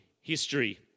history